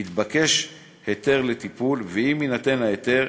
יתבקש היתר לטיפול, ואם יינתן ההיתר,